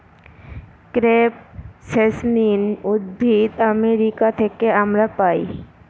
crepe jasmine উদ্ভিদ America থেকে আমরা পাই